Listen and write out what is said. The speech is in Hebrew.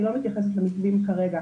אני לא מתייחסת למתווים כרגע.